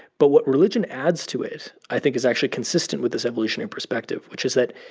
but what religion adds to it i think is actually consistent with this evolutionary perspective, which is that